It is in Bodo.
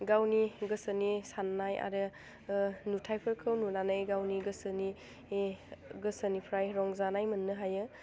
गावनि गोसोनि सान्नाय आरो नुथाइफोरखौ नुनानै गावनि गोसोनि बे गोसोनिफ्राय रंजानाय मोन्नो हायो